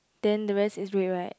then the rest is red right